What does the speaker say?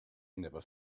never